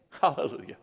Hallelujah